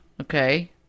Okay